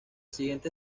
siguiente